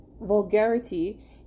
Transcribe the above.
vulgarity